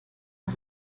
was